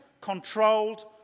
controlled